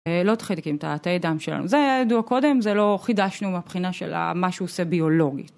לא את החיידקים, את תאי הדם שלנו, זה היה ידוע קודם, זה לא חידשנו מבחינה של מה שהוא עושה ביולוגית.